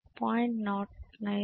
1 అని